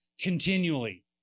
continually